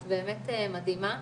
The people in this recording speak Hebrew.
את באמת מדהימה,